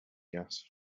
gas